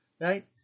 right